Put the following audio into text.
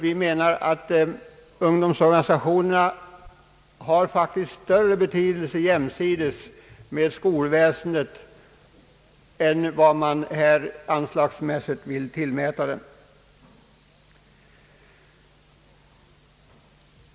Vi menar att ungdomsorganisationerna har större betydelse — jämsides med skolväsendet — än vad man här anslagsmässigt vill tillmäta dem.